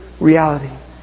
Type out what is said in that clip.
reality